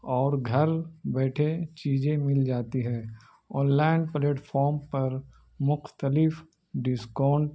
اور گھر بیٹھے چیزیں مل جاتی ہیں آن لائن پلیٹفارام پر مختلف ڈسکاؤنٹ